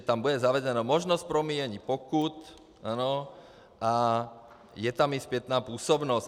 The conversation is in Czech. Tam bude zavedena možnost promíjení pokut, je tam i zpětná působnost.